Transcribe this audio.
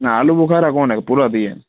न आलू बुखारा कोन्ह आहे पूरा थी विया आहिनि